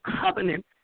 covenant